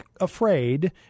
afraid